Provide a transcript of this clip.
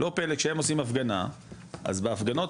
לא פלא כשהם עושים הפגנה אז בהפגנות